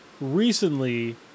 recently